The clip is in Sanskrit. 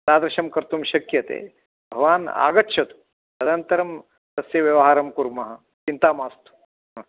तादृशं कर्तुं शक्यते भवान् आगच्छतु अनन्तरं तस्य व्यवहारं कुर्मः चिन्ता मास्तु